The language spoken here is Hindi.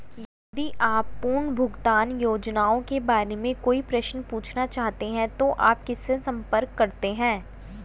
यदि आप पुनर्भुगतान योजनाओं के बारे में कोई प्रश्न पूछना चाहते हैं तो आप किससे संपर्क करते हैं?